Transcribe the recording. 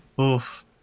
Oof